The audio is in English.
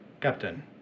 Captain